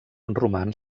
roman